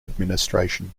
administration